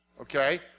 okay